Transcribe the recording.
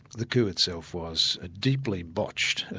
the coup itself was ah deeply botched.